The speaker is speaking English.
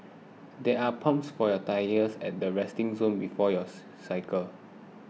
there are pumps for your tyres at the resting zone before you cycle